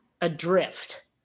adrift